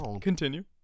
Continue